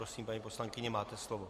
Prosím, paní poslankyně, máte slovo.